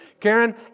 Karen